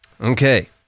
okay